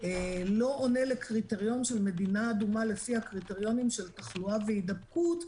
לא עונה לקריטריון של מדינה אדומה לפי הקריטריונים של תחלואה והידבקות,